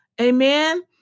amen